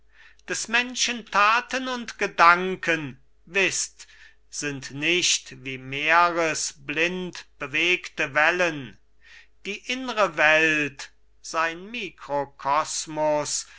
des menschen taten und gedanken wißt sind nicht wie meeres blindbewegte wellen die innre welt sein mikrokosmus